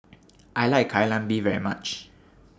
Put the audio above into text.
I like Kai Lan Beef very much